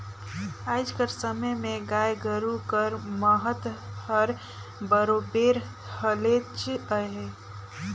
आएज कर समे में गाय गरू कर महत हर बरोबेर हलेच अहे